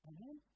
Amen